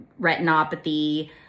retinopathy